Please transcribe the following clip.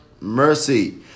mercy